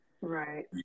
Right